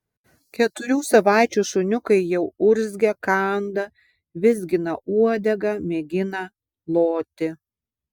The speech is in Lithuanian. keturių savaičių šuniukai jau urzgia kanda vizgina uodegą mėgina loti